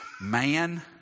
man